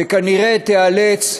היא כנראה תיאלץ,